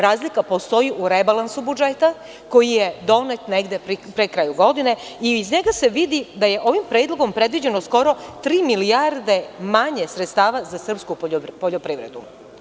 Razlika postoji u rebalansu budžeta koji je donet negde pri kraju godine i iz njega se vidi da je ovim predlogom predviđeno skoro tri milijarde manje sredstava za srpsku poljoprivredu.